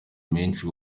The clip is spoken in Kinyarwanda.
menshi